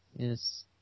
Yes